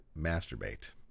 masturbate